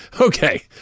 Okay